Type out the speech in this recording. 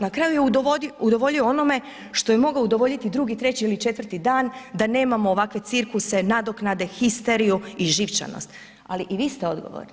Na kraju je udovoljio onome što je mogao udovoljiti drugi, treći ili četvrti dan da nemamo ovakve cirkuse nadoknade, histeriju i živčanost, ali i vi ste odgovorni.